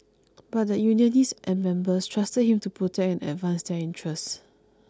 but the unionists and members trusted him to protect and advance their interests